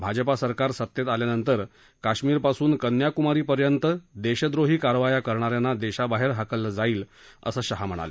भाजपा सरकार सत्तेत आल्यानसि काश्मीरपासून कन्याकुमारीपर्यंत देशद्रोही कारवाया करणाऱ्यास्ती देशाबाहेर हाकललज्ञिईल असशिहा म्हणाले